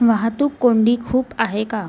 वाहतूक कोंडी खूप आहे का